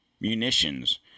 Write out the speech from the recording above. Munitions